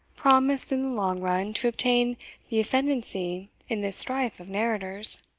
promised, in long run, to obtain the ascendancy in this strife of narrators